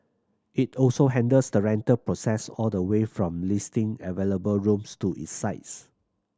it also handles the rental process all the way from listing available rooms to its sites